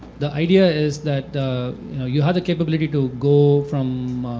the idea is that you have the capability to go from